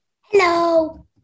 Hello